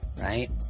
right